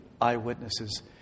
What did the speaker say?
eyewitnesses